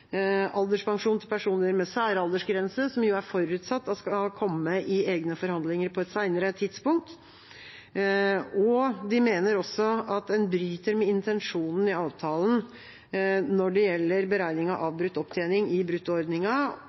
alderspensjon for personer med særaldersgrense, som det jo er forutsatt skal komme i egne forhandlinger på et senere tidspunkt. De mener også at en bryter med intensjonen i avtalen når det gjelder beregning av avbrutt opptjening i